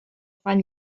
fan